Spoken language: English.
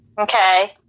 Okay